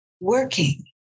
working